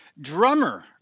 drummer